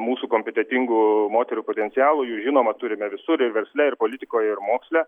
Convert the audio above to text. mūsų kompetetingų moterų potencialo jų žinoma turime visur ir versle ir politikoje ir moksle